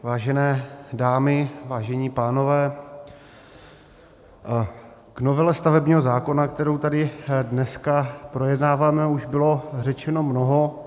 Vážené dámy, vážení pánové, k novele stavebního zákona, kterou tady dneska projednáváme, už bylo řečeno mnoho.